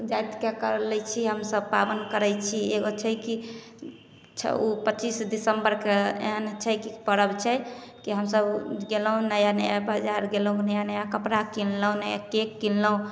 जातिके कर लै छी हमसब पाबनि करै छी एगो छै की ओ पचीस दिसम्बरके एहन छै कि पर्ब छै से हमसब गेलहुॅं नया नया बजार गेलहुॅं नया नया कपड़ा किनलहुॅं नया केक किनलहुॅं